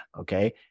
Okay